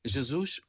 Jesus